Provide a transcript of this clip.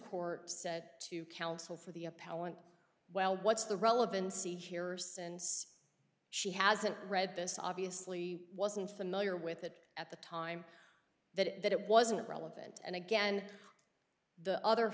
court said to counsel for the appellant well what's the relevancy here since she hasn't read this obviously wasn't familiar with it at the time that it wasn't relevant and again the other